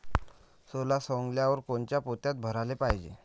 सोला सवंगल्यावर कोनच्या पोत्यात भराले पायजे?